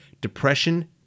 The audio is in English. depression